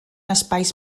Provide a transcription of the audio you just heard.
espais